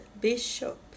bishop